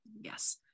Yes